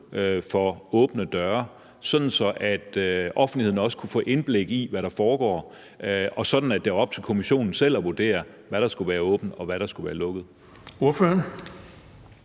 for åbne døre, sådan at offentligheden også kunne få indblik i, hvad der foregår, og sådan at det er op til kommissionen selv at vurdere, hvad der skulle være åbent, og hvad der skulle være lukket?